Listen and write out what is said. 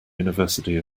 university